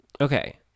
Okay